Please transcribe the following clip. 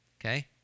okay